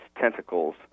tentacles